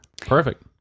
Perfect